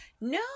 No